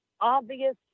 obvious